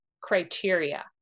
criteria